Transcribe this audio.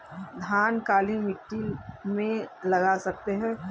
धान काली मिट्टी में लगा सकते हैं?